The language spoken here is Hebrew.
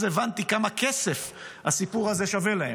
אז הבנתי כמה כסף הסיפור הזה שווה להם.